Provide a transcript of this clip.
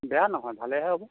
বেয়া নহয় ভালেহে হ'ব